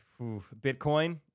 Bitcoin